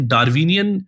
Darwinian